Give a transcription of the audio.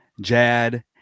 Jad